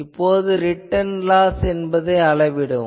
இப்போது return loss என்பதை அளவிடுவோம்